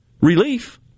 relief